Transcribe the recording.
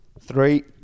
Three